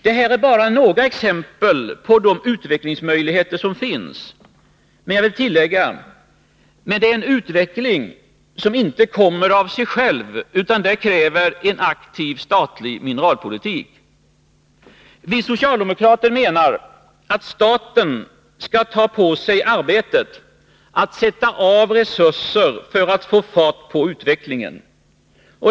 Det här är bara några exempel på de utvecklingsmöjligheter som finns. Men jag vill tillägga att det är en utveckling som inte kommer av sig själv. Den kräver en aktiv statlig mineralpolitik. Vi socialdemokrater menar att staten skall ta på sig arbetet att sätta av resurser för att få fart på utvecklingen.